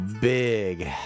Big